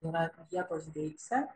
yra vietos deiksė